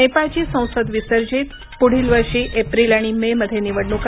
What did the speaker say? नेपाळची संसद विसर्जित पुढील वर्षी एप्रिल आणि मे मध्ये निवडणुका